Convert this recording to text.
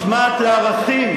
משמעת לערכים,